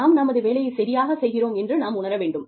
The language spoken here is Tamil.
நாம் நமது வேலையைச் சரியாகச் செய்கிறோம் என்று நாம் உணர வேண்டும்